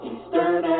Eastern